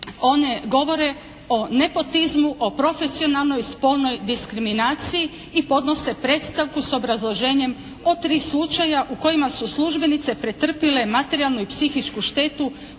one govore o nepotizmu, o profesionalnoj spolnoj diskriminaciji i podnose predstavku s obrazloženjem o tri slučaja u kojima su službenice pretrpjele materijalnu i psihički štetu